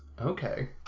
Okay